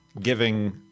giving